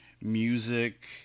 music